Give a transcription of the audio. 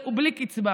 ובלי קצבה.